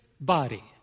body